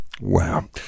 Wow